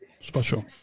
special